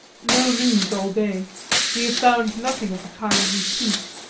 no news all day we have found nothing of the kind we seek.